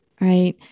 right